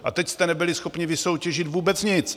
A teď jste nebyli schopni vysoutěžit vůbec nic!